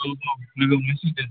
अ अ लोगो हमनोसै दे